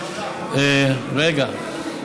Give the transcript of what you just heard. יש לך עוד שלוש דקות.